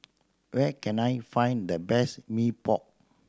where can I find the best Mee Pok